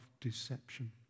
deception